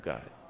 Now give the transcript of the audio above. God